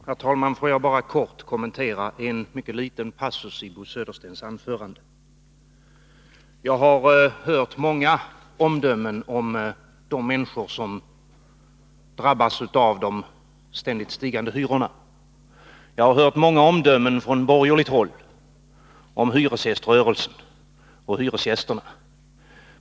Herr talman! Får jag bara kort kommentera en mycket liten passus i Bo Söderstens anförande. Jag har hört många omdömen om de människor som drabbas av de ständigt stigande hyrorna. Jag har hört många omdömen från borgerligt håll om hyresgäströrelsen och hyresgästerna.